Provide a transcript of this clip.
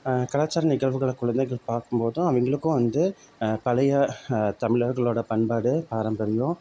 கலாச்சார நிகழ்வுகள குழந்தைகள் பார்க்கும்போதும் அவங்களுக்கும் வந்து பழைய தமிழர்களோட பண்பாடு பாரம்பரியம்